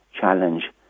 challenge